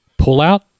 Pullout